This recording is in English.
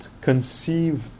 conceive